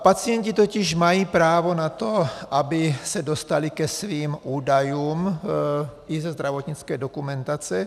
Pacienti totiž mají právo na to, aby se dostali ke svým údajům i ze zdravotnické dokumentace.